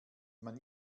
man